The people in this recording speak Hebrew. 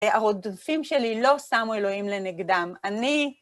הרודפים שלי לא שמו אלוהים לנגדם, אני...